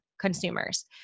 consumers